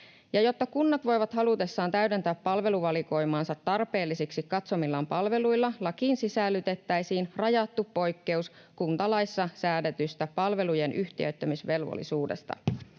Ja jotta kunnat voivat halutessaan täydentää palveluvalikoimaansa tarpeellisiksi katsomillaan palveluilla, lakiin sisällytettäisiin rajattu poikkeus kuntalaissa säädetystä palvelujen yhtiöittämisvelvollisuudesta.